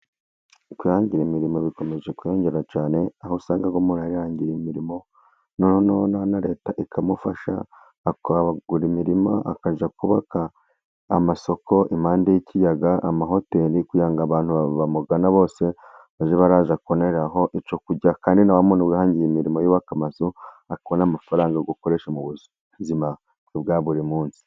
Kwihangira imirimo bikomeje kwiyongera cyane, aho usanga umuntu arihangira imirimo, noneho na leta ikamufasha, akagura imirima akajya kubaka amasoko impande y'ikiyaga ,amahoteli kugira ngo abantu bamugana bose bajye baza kuboneraho icyo kurya, kandi na wa muntu wihangiye imirimo yubaka amazu, akorere amafaranga akoresha mu buzima bwe bwa buri munsi.